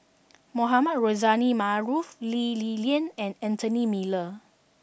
Mohamed Rozani Maarof Lee Li Lian and Anthony Miller